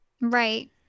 Right